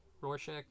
Rorschach